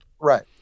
Right